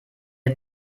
hat